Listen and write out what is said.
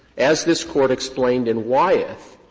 as this court explained in wyeth,